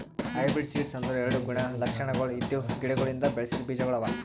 hybrid seeds ಅಂದುರ್ ಎರಡು ಗುಣ ಲಕ್ಷಣಗೊಳ್ ಇದ್ದಿವು ಗಿಡಗೊಳಿಂದ್ ಬೆಳಸಿದ್ ಬೀಜಗೊಳ್ ಅವಾ